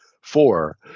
four